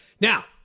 Now